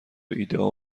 ایدهها